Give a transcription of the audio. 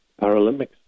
Paralympics